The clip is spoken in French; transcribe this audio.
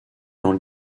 dans